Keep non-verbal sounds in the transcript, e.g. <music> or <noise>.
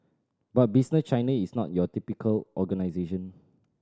but <unintelligible> Chinese is not your typical organisation